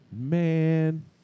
Man